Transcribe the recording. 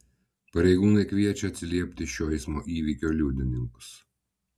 pareigūnai kviečia atsiliepti šio eismo įvykio liudininkus